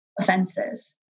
offenses